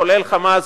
כולל "חמאס",